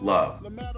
Love